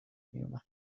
میومد